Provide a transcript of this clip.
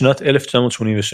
בשנת 1986,